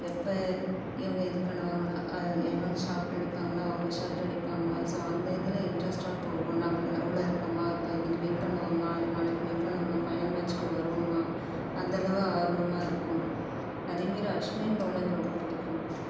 எப்போ இவங்க இது பண்ணுவாங்களா இவங்க ஷாட் அடிப்பாங்களா அவங்க ஷாட் அடிப்பாங்களா ஸோ அந்த இதில் இன்ட்ரெஸ்ட்டாக போகும் நம்ம லெவல்ல இருக்கோமா இப்போ இன்னைக்கி வின் பண்ணுவோமா நாளைக்கு வின் பண்ணுவோமா ஃபைனல் மேட்ச்சுக்கு வருவோமா அந்தளவு ஆர்வமாக இருக்கும் அதேமாரி அஸ்வின் பௌலிங் ரொம்ப பிடிக்கும்